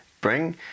bring